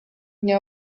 mnie